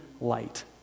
light